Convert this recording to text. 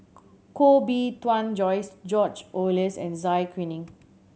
Koh Bee Tuan Joyce George Oehlers and Zai Kuning